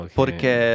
Porque